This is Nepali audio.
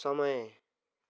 समय